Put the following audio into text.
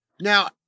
Now